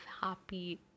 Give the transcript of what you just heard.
happy